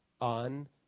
on